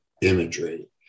imagery